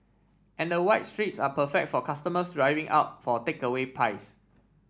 and the wide streets are perfect for customers driving up for takeaway pies